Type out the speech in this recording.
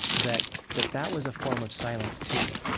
that that that was a form of silence too,